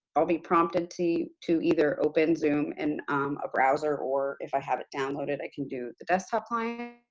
i'll be prompted to to either open zoom in a browser or, if i have it downloaded, i can do the desktop client.